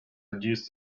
reduced